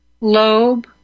lobe